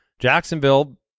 Jacksonville